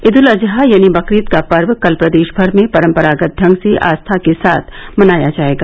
ईद उल अजहा यानी बकरीद का पर्व कल प्रदेश भर में परम्परागत ढंग से आस्था के साथ मनाया जायेगा